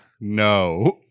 No